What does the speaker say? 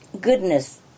goodness